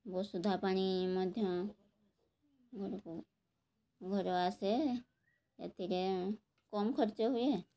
ବସୁଧା ପାଣି ମଧ୍ୟ ଘରକୁ ଘର ଆସେ ଏଥିରେ କମ୍ ଖର୍ଚ୍ଚ ହୁଏ